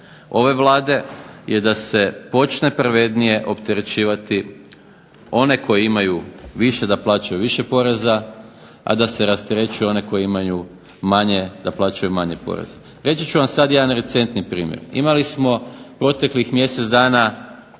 ove Vlade, je da se počne pravednije opterećivati one koji imaju više da plaćaju više poreza, a da se rasterećuje one koji imaju manje, da plaćaju manje poreza. Reći ću vam sad jedan recentni primjer. Imali smo proteklih mjesec dana